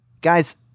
Guys